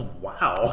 Wow